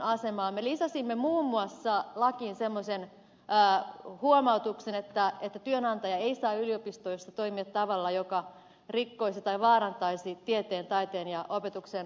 me lisäsimme lakiin muun muassa semmoisen huomautuksen että työnantaja ei saa yliopistoissa toimia tavalla joka rikkoisi tai vaarantaisi tieteen taiteen ja opetuksen vapautta